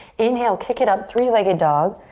inhale, kick it up, three-legged dog.